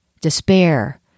despair